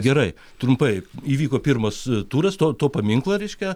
gerai trumpai įvyko pirmas turas to to paminklo reiškia